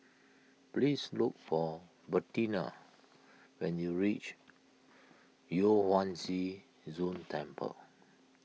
please look for Bertina when you reach Yu Huang Zhi Zun Temple